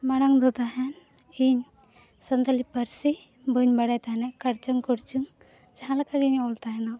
ᱢᱟᱲᱟᱝ ᱫᱚ ᱛᱟᱦᱮᱱ ᱤᱧ ᱥᱟᱱᱛᱟᱲᱤ ᱯᱟᱹᱨᱥᱤ ᱵᱟᱹᱧ ᱵᱟᱲᱟᱭ ᱛᱟᱦᱮᱱᱟ ᱠᱟᱲᱪᱟᱝᱼᱠᱩᱲᱪᱩᱝ ᱡᱟᱦᱟᱸ ᱞᱮᱠᱟᱜᱮᱧ ᱚᱞ ᱛᱟᱦᱮᱱᱟ